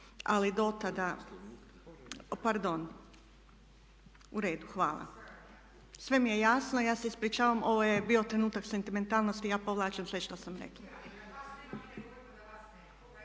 Ali do tada, pardon. U redu, hvala. Sve mi je jasno. Ja se ispričavam. Ovo je bio trenutak sentimentalnosti. Ja povlačim sve što sam rekla.